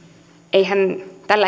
eihän tällä